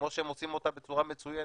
כמו שהם עושים אותה בצורה מצוינת